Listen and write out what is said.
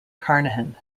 carnahan